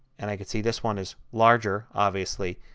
and i can see this one is larger, obviously,